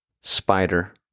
Spider